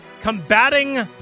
combating